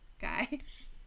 guys